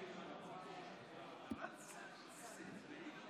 הוא ביקש להוסיף את שמו.